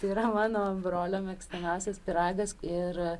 tai yra mano brolio mėgstamiausias pyragas ir